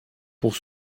pour